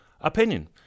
opinion